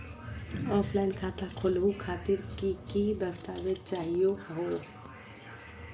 Offline खाता खोलहु खातिर की की दस्तावेज चाहीयो हो?